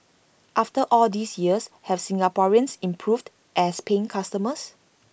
after all these years have Singaporeans improved as paying customers